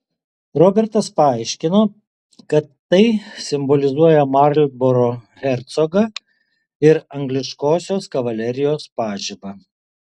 robertas paaiškino kad tai simbolizuoja marlboro hercogą ir angliškosios kavalerijos pažibą